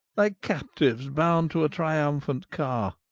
like captiues bound to a triumphant carre.